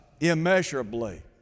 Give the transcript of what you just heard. immeasurably